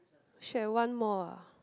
should have one more ah